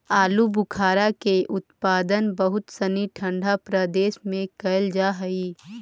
आलूबुखारा के उत्पादन बहुत सनी ठंडा प्रदेश में कैल जा हइ